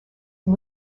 and